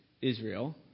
Israel